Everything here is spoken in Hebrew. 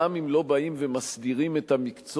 גם אם לא באים ומסדירים את המקצוע,